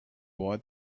boy